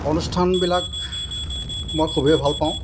অনুষ্ঠানবিলাক মই খুবেই ভালপাওঁ